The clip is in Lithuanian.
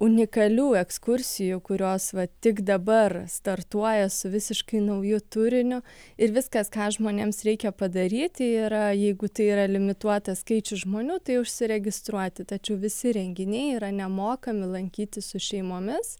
unikalių ekskursijų kurios va tik dabar startuoja su visiškai nauju turiniu ir viskas ką žmonėms reikia padaryti yra jeigu tai yra limituotas skaičius žmonių tai užsiregistruoti tačiau visi renginiai yra nemokami lankytis su šeimomis